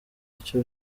icyo